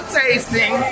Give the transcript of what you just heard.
tasting